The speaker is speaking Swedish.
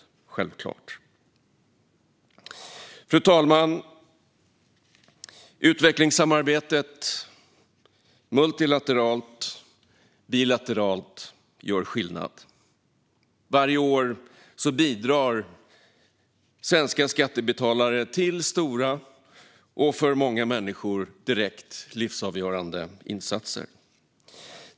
Fru talman! Utvecklingssamarbetet - multilateralt och bilateralt - gör skillnad. Varje år bidrar svenska skattebetalare till stora och för många människor direkt livsavgörande insatser.